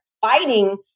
fighting